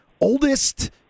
Oldest